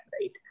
right